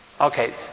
Okay